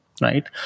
right